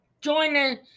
joining